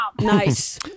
Nice